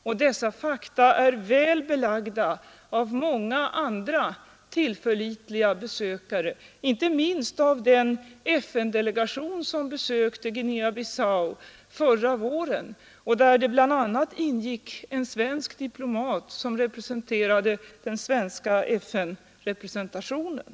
Och dessa fakta är väl belagda av många andra tillförlitliga besökare, inte minst av den FN-delegation som besökte Guinea-Bissau förra våren. I denna ingick bland andra en svensk diplomat som företrädde den svenska FN-representationen.